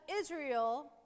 Israel